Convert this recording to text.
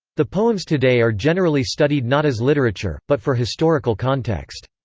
the poems today are generally studied not as literature, but for historical context.